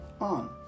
on